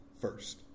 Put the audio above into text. first